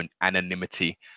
anonymity